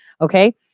okay